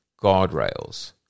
guardrails